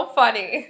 funny